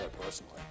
personally